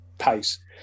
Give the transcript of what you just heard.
pace